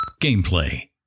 Gameplay